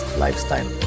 lifestyle